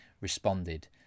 responded